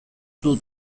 dut